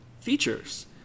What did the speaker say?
features